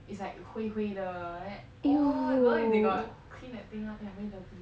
it's like 灰灰的 eh oh don't know if they got clean that thing [one] leh very dirty